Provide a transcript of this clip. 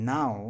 Now